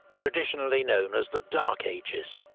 traditionally known as the dark ages.